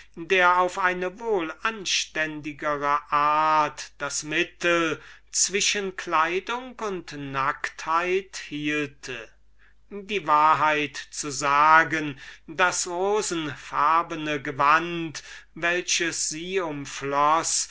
der auf eine wohlanständigere art das mittel zwischen der eigentlichen kleidung und ihrer gewöhnlichen art sich sehen zu lassen hielte die wahrheit zu sagen das rosenfarbe gewand welches sie